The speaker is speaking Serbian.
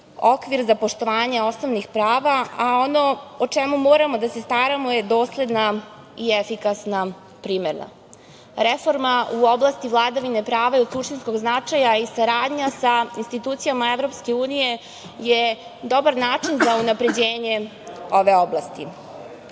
okvir za poštovanje osnovnih prava, a ono o čemu moramo da se staramo je dosledna i efikasna primena. Reforma u oblasti vladavine prava je od suštinskog značaja i saradnja sa institucijama EU je dobar način za unapređenje ove oblasti. Sproveli